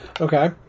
Okay